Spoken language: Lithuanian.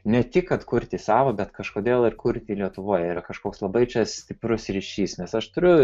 ne tik kad kurti savo bet kažkodėl ir kurti lietuvoje yra kažkoks labai čia stiprus ryšys nes turiu